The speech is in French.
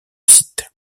site